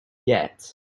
yet